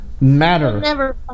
matter